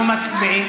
מסכימים,